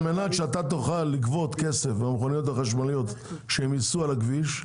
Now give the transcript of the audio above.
על מנת שאתה תוכל לגבות כסף מהמכוניות החשמליות שייסעו על הכביש,